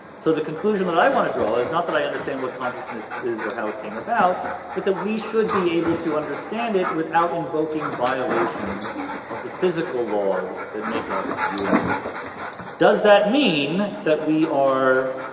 so the conclusion that i want to draw is not that i understand what consciousness is or how it came about but that we should be able to understand it without invoking violations of the physical laws that make up you and me does that mean that we are